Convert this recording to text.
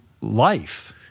life